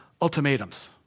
ultimatums